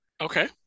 Okay